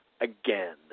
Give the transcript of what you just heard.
again